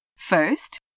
First